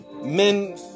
Men